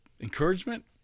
encouragement